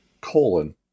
colon